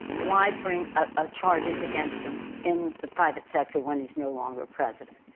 why bring ah charges against him in the private sector when he's no longer president?